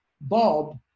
Bob